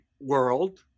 world